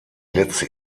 letzte